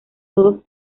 todos